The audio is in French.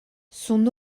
son